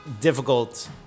difficult